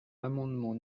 l’amendement